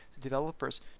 developers